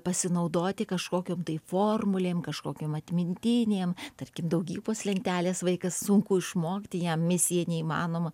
pasinaudoti kažkokiom tai formulėm kažkokiom atmintinėm tarkim daugybos lentelės vaikas sunku išmokti ją misija neįmanoma